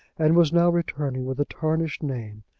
and was now returning with a tarnished name,